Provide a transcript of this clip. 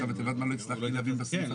עכשיו את יודעת מה לא הצלחתי להבין בסעיף הזה?